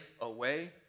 away